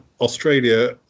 Australia